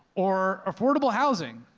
or affordable housing,